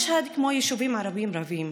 משהד, כמו יישובים ערביים רבים,